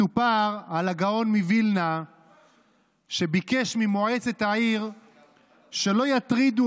מסופר על הגאון מווילנה שביקש ממועצת העיר שלא יטרידו